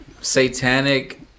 satanic